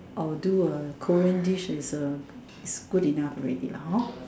or do a Korean dish is uh is good enough already lah hor